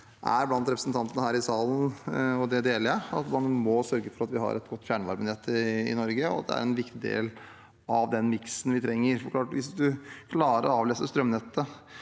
er blant representantene her i salen, for at man må sørge for at vi har et godt fjernvarmenett i Norge, og at det er en viktig del av den miksen vi trenger. Det er klart at hvis man klarer å avlaste strømnettet